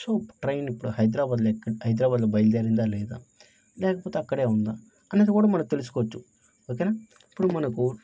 so train ఇప్పుడు హైదరాబాద్లో ఎక్కడ హైదరాబాద్లో బయలుదేరిందా లేదా లేకపోతే అక్కడే ఉందా అనేది కూడా మనకు తెలుసుకోవచ్చు ఓకేనా ఇప్పుడు మనకు